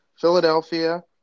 Philadelphia